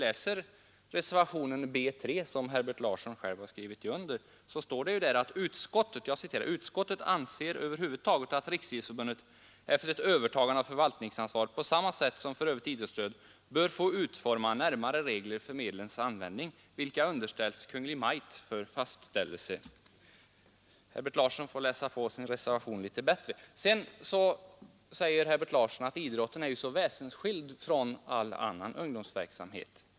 I reservationen B 3, som herr Larsson själv skrivit under, sägs det: ”Utskottet anser över huvud taget att Riksidrottsförbundet efter ett övertagande av förvaltningsansvaret på samma sätt som för övrigt idrottsstöd bör få utforma närmare regler för medlens användning, vilka underställs Kungl. Maj:t för fastställelse.” Herbert Larsson får läsa på sin reservation litet bättre. Herbert Larsson säger också att idrotten är väsensskild från all annan ungdomsverksamhet.